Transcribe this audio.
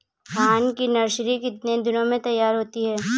धान की नर्सरी कितने दिनों में तैयार होती है?